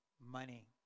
money